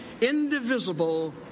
indivisible